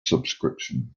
subscription